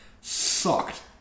sucked